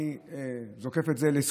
אני זוקף את זה לזכותנו,